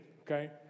okay